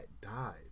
died